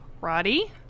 Roddy